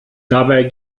dabei